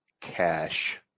cash